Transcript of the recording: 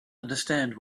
understand